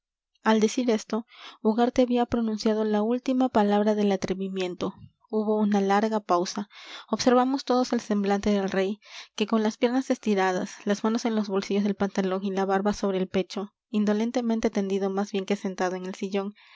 al decir esto ugarte había pronunciado la última palabra del atrevimiento hubo una larga pausa observamos todos el semblante del rey que con las piernas estiradas las manos en los bolsillos del pantalón y la barba sobre el pecho indolentemente tendido más bien que sentado en el sillón